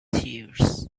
tears